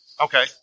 okay